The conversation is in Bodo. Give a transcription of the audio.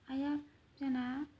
आया जोंना